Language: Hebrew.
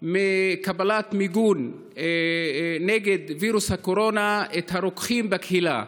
מקבלת מיגון נגד וירוס הקורונה את הרוקחים בקהילה.